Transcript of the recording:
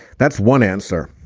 that's one answer.